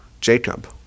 Jacob